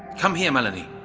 come here, melanie!